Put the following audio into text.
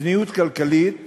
מדיניות כלכלית